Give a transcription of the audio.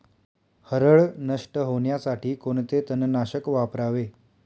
हरळ नष्ट होण्यासाठी कोणते तणनाशक वापरावे?